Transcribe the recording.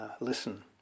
listen